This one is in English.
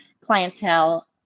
clientele